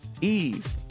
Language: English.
Eve